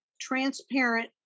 transparent